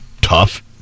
tough